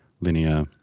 linear